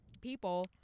people